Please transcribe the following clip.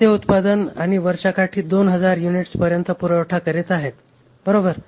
ते उत्पादन आणि वर्षाकाठी 2000 युनिट्स पर्यंत पुरवठा करीत आहेत बरोबर